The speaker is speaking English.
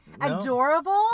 adorable